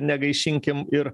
negaišinkim ir